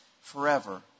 forever